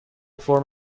فرم